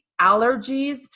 allergies